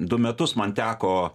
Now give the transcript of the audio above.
du metus man teko